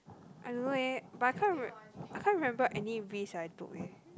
I don't know eh but I can't re~ I can't remember any risk I took eh